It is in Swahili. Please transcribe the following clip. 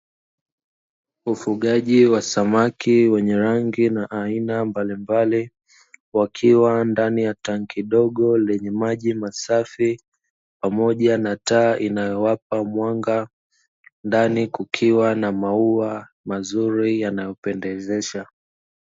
Ufugaji wa samaki wenye rangi na aina mbalimbali wakiwa ndani ya tanki dogo lenye maji masafi, pamoja na taa inayowapa mwanga. Ndani kukiwa na maua mazuri yanayopendezesha.